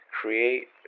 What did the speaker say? Create